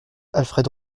alfred